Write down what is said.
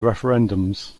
referendums